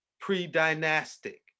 pre-dynastic